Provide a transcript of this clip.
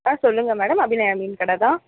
ஆ சொல்லுங்க மேடம் அபிநயா மீன் கடை தான்